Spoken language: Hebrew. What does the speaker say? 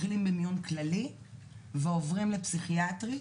מתחילים ממיון כללי ועוברים לפסיכיאטרי.